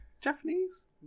Japanese